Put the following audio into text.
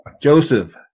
Joseph